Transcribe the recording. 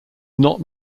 not